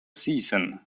season